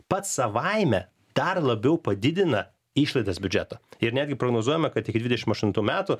pats savaime dar labiau padidina išlaidas biudžeto ir netgi prognozuojama kad iki dvidešimt aštuntų metų